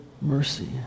mercy